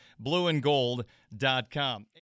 blueandgold.com